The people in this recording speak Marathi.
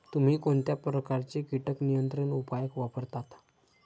तुम्ही कोणत्या प्रकारचे कीटक नियंत्रण उपाय वापरता?